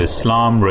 Islam